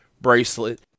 bracelet